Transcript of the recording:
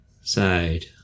side